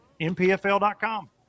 MPFL.com